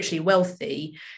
wealthy